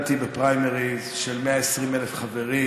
הוא ראה כבר הכול.